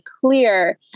clear